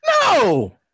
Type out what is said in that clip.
no